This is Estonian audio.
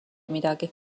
midagi